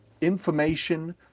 information